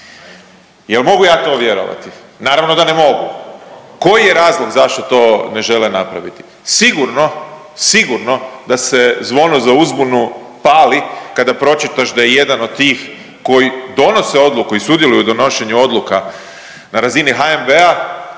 Jel' mogu ja to vjerovati? Naravno da ne mogu. Koji je razlog zašto to ne žele napraviti? Sigurno, sigurno da se zvono za uzbunu pali kada pročitaš da je jedan od tih koji donose odluku i sudjeluju u donošenju odluka na razini HNB-a